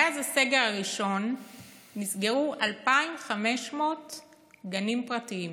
מאז הסגר הראשון נסגרו 2,500 גנים פרטיים.